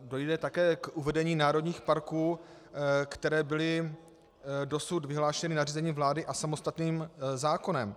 Dojde také k uvedení národních parků, které byly dosud vyhlášeny nařízením vlády a samostatným zákonem.